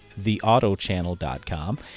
theautochannel.com